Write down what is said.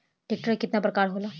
Tractor के केतना प्रकार होला?